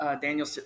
Daniel